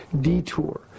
detour